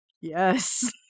Yes